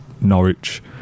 Norwich